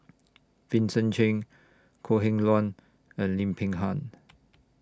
Vincent Cheng Kok Heng Leun and Lim Peng Han